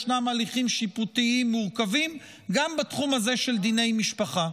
ישנם הליכים שיפוטיים מורכבים גם בתחום הזה של דיני משפחה,